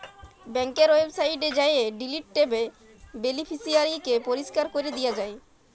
ব্যাংকের ওয়েবসাইটে যাঁয়ে ডিলিট ট্যাবে বেলিফিসিয়ারিকে পরিষ্কার ক্যরে দিয়া যায়